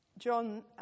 John